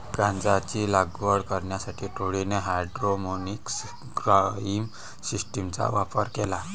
गांजाची लागवड करण्यासाठी टोळीने हायड्रोपोनिक्स ग्रोइंग सिस्टीमचा वापर केला